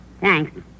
Thanks